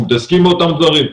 אנחנו מתעסקים באותם דברים,